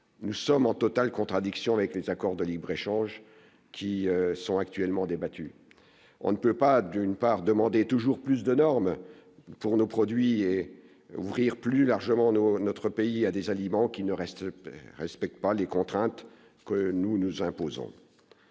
nous sommes en totale contradiction avec les accords de libre-échange qui sont actuellement débattus, on ne peut pas, d'une part demander toujours plus de normes pour nos produits et ouvrir plus largement notre pays a des aliments qui ne reste respecte par les contraintes que nous nous imposons